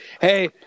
Hey